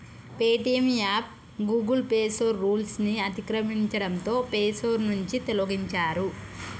Paytm app Google play store rules ని అతిక్రమించడంతో play store నుంచి తొలగించారు